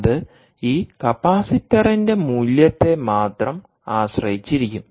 അത് ഈ കപ്പാസിറ്ററിന്റെ മൂല്യത്തെ മാത്രം ആശ്രയിച്ചിരിക്കും